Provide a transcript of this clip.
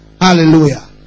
Hallelujah